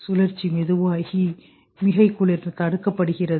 சுழற்சி மெதுவாகி மிகை குளிர் தடுக்கப் படுகிறது